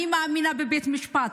אני מאמינה בבית המשפט,